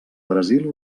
brasil